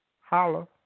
Holla